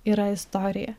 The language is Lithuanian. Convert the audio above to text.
yra istorija